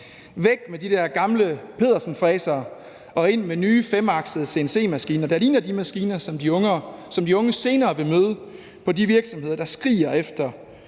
væk med de der gamle Pedersenfræsere, og ind med nye femaksede CNC-maskiner, der ligner de maskiner, som de unge senere vil møde på de virksomheder, der skriger på flere